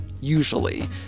usually